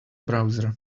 browser